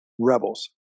Rebels